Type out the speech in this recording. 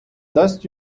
дасть